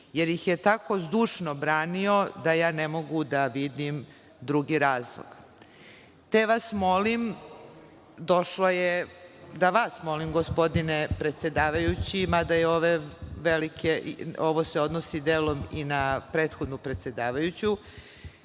jer ih je tako zdušno branio da ja ne mogu da vidim drugi razlog, te vas molim, došlo je da vas molim, gospodine predsedavajući, mada se ovo odnosi delom i na prethodnu predsedavajuću,